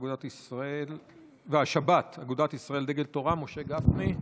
אגודת ישראל, דגל התורה משה גפני.